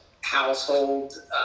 household